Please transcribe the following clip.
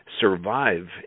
survive